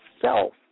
self